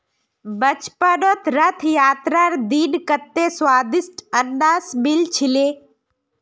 बचपनत रथ यात्रार दिन कत्ते स्वदिष्ट अनन्नास मिल छिले